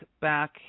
back